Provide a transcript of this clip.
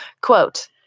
Quote